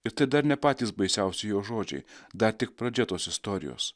ir tai dar ne patys baisiausi jo žodžiai dar tik pradžia tos istorijos